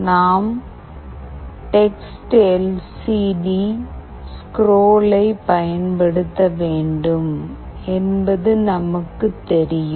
நாம் டெக்ஸ்ட்எல்சிடிஸ்க்ரோல் ஐப் பயன்படுத்த வேண்டும் என்பது நமக்குத் தெரியும்